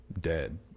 dead